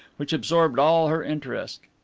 which absorbed all her interest.